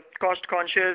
cost-conscious